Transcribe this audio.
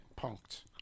punked